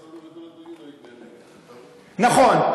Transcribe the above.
נכון.